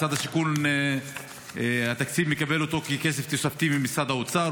משרד השיכון מקבל את התקציב ככסף תוספתי ממשרד האוצר.